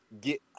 get